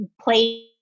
play